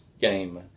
game